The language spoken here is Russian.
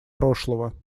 прошлого